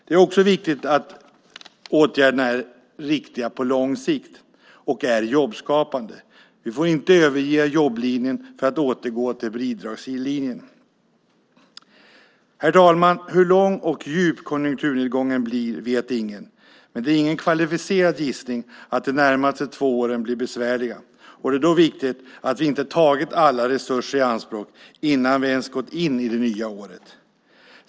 Det är också viktigt att åtgärderna är riktiga på lång sikt och att de är jobbskapande. Vi får inte överge jobblinjen för att återgå till bidragslinjen. Herr talman! Hur lång och djup konjunkturnedgången blir vet ingen, men det är ingen kvalificerad gissning att de närmaste två åren blir besvärliga. Det är då viktigt att vi inte har tagit alla resurser i anspråk innan vi ens har gått in i det nya året.